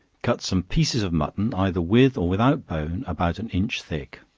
cut some pieces of mutton, either with or without bone, about an inch thick